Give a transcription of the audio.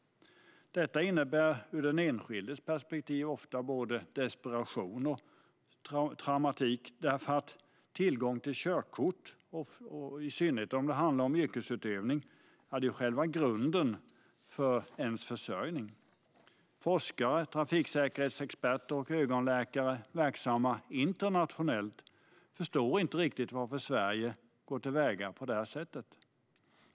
Detta innebär ur den enskildes perspektiv ofta desperation och upplevs som traumatiskt, eftersom tillgång till körkort - i synnerhet om det handlar om yrkesutövning - ofta är själva grunden för försörjning. Forskare, trafiksäkerhetsexperter och ögonläkare verksamma internationellt förstår inte riktigt varför Sverige går till väga på detta sätt.